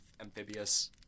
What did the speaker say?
amphibious